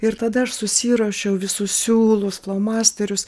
ir tada aš susiruošiau visus siūlus flomasterius